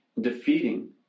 Defeating